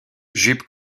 jup